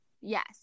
yes